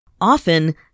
often